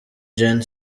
gen